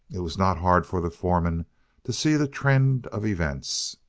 it was not hard for the foreman to see the trend of events.